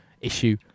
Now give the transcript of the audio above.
issue